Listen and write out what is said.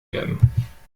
werden